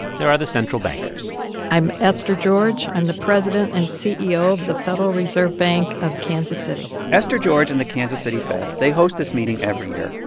there are the central bankers i'm esther george. i'm the president and ceo of the federal reserve bank of kansas city esther george and the kansas city fed they host this meeting every year.